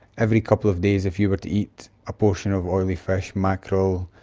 every couple of days if you were to eat a portion of oily fish, mackerel,